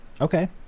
Okay